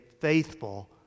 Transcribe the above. faithful